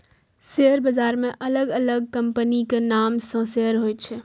share बाजार मे अलग अलग कंपनीक नाम सं शेयर होइ छै